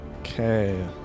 Okay